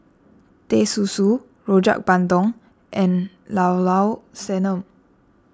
Teh Susu Rojak Bandung and Llao Llao Sanum